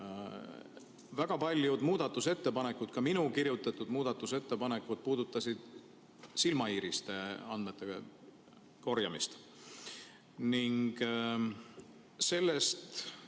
Väga paljud muudatusettepanekud, ka minu kirjutatud muudatusettepanekud puudutasid silmaiiriste andmete korjamist. Ning sellest